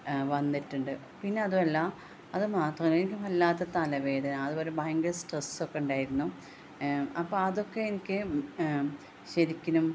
വന്നിട്ടുണ്ട് പിന്നെ അതുമല്ല അതു മാത്രമല്ല എനിക്ക് വല്ലാത്ത തലവേദന അതുപോലെ ഭയങ്കര സ്ട്രെസ് ഒക്കെ ഉണ്ടായിരുന്നു അപ്പോള് അതൊക്കെ എനിക്ക് ശരിക്കിനും